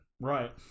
Right